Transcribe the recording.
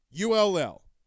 ULL